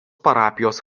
parapijos